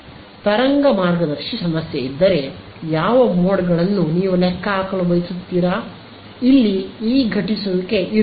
ತರಂಗ ಮಾರ್ಗದರ್ಶಿ ಸಮಸ್ಯೆ ಇದ್ದರೆ ಯಾವ ಮೋಡ್ಗಳನ್ನು ನೀವು ಲೆಕ್ಕಹಾಕಲು ಬಯಸುತ್ತೀರಾ ಇಲ್ಲಿ ಇ ಘಟಿಸುವಿಕೆ ಇರುವುದಿಲ್ಲ